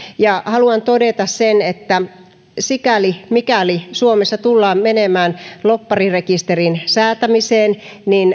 ja haluan todeta sen että mikäli mikäli suomessa tullaan menemään lobbarirekisterin säätämiseen